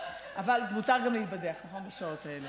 אבל מותר גם להתבדח בשעות האלה.